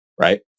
Right